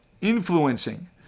influencing